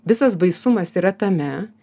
visas baisumas yra tame